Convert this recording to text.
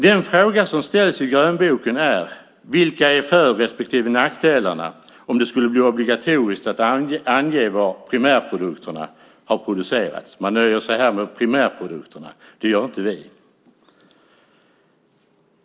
Den fråga som ställs i grönboken är: Vilka är för respektive nackdelarna om det skulle bli obligatoriskt att ange var primärprodukterna har producerats? Man nöjer sig med primärprodukterna. Det gör inte vi.